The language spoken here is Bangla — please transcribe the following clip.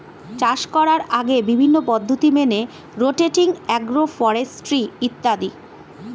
চাষ করার আগে বিভিন্ন পদ্ধতি মেনে চলে রোটেটিং, অ্যাগ্রো ফরেস্ট্রি ইত্যাদি